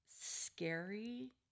scary